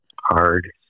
hard